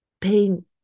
pain